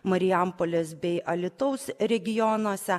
marijampolės bei alytaus regionuose